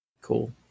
Cool